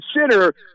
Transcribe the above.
consider